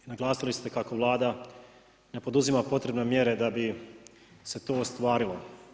I naglasili ste kako Vlada ne poduzima potrebe mjere da bi se to ostvarilo.